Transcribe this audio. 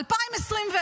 2024,